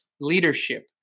leadership